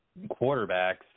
quarterbacks